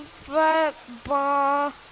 football